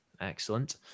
Excellent